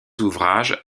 ouvrages